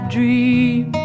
dream